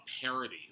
parody